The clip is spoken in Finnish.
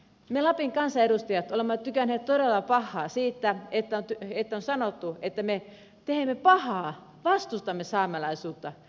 me lapin kansanedustajat olemme tykänneet todella pahaa siitä että on sanottu että me teemme pahaa vastustamme saamelaisuutta